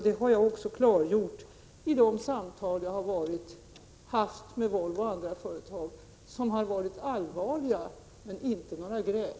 Detta har jag också klargjort i de samtal som jag haft med företrädare för Volvo och för andra företag, och som varit allvarliga men inte varit några gräl.